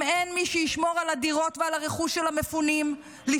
אם אין מי שישמור על הדירות ועל הרכוש של המפונים לפני